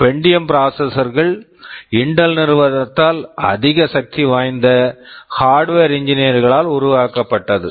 Pentium processor processor கள் Intel நிறுவனத்தால் அதிக தகுதி வாய்ந்த ஹார்ட்வர் hardware என்ஜினீயர் engineer களால் உருவாக்கப்பட்டது